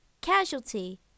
Casualty